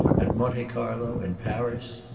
at monte carlo, in paris.